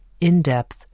in-depth